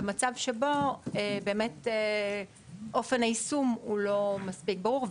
במצב שבו אופן היישום הוא לא מספיק ברור.